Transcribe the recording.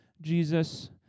Jesus